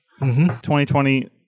2020